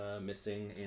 missing